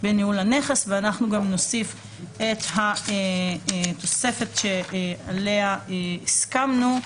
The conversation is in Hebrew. בניהול הנכס"." ונוסיף גם את התוספת שעליה הסכמנו,